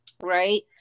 right